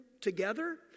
together